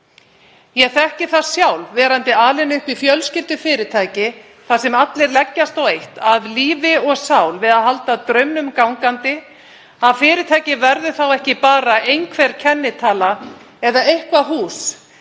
Ég þekki það sjálf, verandi alin upp í fjölskyldufyrirtæki, þar sem allir leggjast á eitt af lífi og sál við að halda draumnum gangandi, að fyrirtækið verður þá ekki bara einhver kennitala eða eitthvert hús